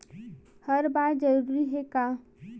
हर बार जरूरी हे का?